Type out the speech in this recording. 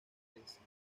precisión